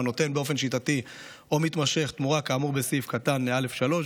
או הנותן באופן שיטתי או מתמשך תמורה כאמור בסעיף קטן (א)(3),